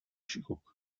shikoku